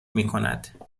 میکند